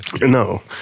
No